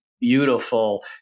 beautiful